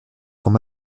sont